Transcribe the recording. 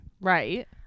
Right